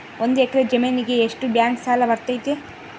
ಒಂದು ಎಕರೆ ಜಮೇನಿಗೆ ಎಷ್ಟು ಬ್ಯಾಂಕ್ ಸಾಲ ಬರ್ತೈತೆ?